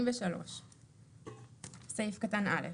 83. סעיף קטן א',